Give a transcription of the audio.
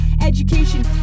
Education